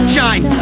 Shine